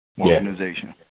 organization